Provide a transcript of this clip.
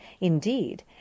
Indeed